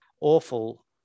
awful